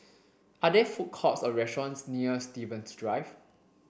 are there food courts or restaurants near Stevens Drive